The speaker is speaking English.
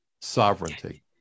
Sovereignty